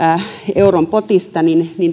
euron potista